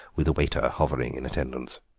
with a waiter hovering in attendance.